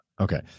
Okay